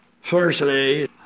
firstly